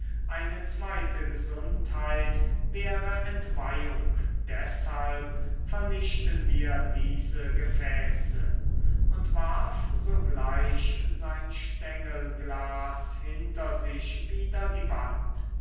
eine zweite gesundheit wäre entweihung deshalb vernichten wir diese gefäße und warf sogleich sein stengelglas hinter sich wider die wand